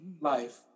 life